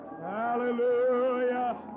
Hallelujah